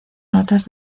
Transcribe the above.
notas